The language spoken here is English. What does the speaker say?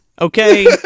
okay